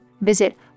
Visit